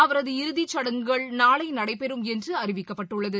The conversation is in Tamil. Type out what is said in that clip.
அவரது இறுதிக் சடங்குகள் நாளை நடைபெறும் என்று அறிவிக்கப்பட்டுள்ளது